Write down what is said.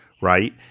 Right